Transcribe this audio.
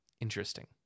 interesting